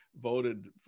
voted